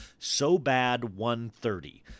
sobad130